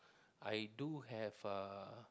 I do have uh